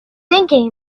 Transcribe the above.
thinking